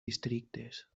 districtes